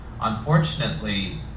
unfortunately